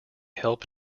help